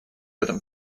этом